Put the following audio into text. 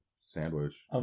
sandwich